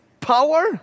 power